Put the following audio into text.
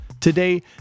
Today